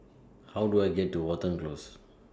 How Do I get to Watten Close